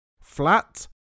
flat